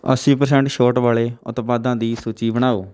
ਅੱਸੀ ਪਰਸੈਂਟ ਛੋਟ ਵਾਲੇ ਉਤਪਾਦਾਂ ਦੀ ਸੂਚੀ ਬਣਾਓ